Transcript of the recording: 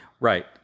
Right